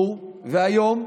נו, והיום?